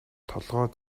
толгой